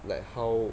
like how